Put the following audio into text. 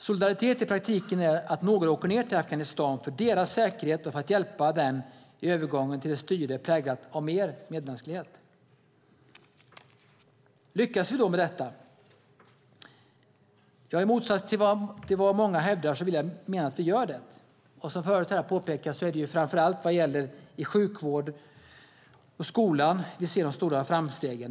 Solidaritet i praktiken är att några åker ned till Afghanistan för deras säkerhet och för att hjälpa dem i övergången till ett styre präglat av mer medmänsklighet. Lyckas vi då med detta? Ja, i motsats till vad många hävdar vill jag mena att vi gör det. Som tidigare talare har påpekat är det framför allt i sjukvården och skolan vi ser de stora framstegen.